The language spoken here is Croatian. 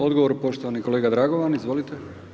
Odgovor poštovani kolega Dragovan izvolite.